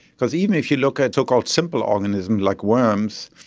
because even if you look at so-called simple organisms like worms,